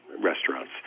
restaurants